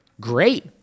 Great